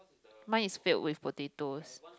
mine is filled with potatoes